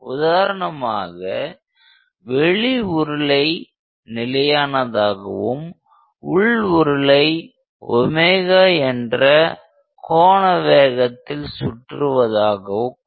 உதாரணமாக வெளி உருளை நிலையானதாகவும் உள் உருளை ஒமேகா என்ற கோண வேகத்தில் சுற்றுவதாகக் கொள்வோம்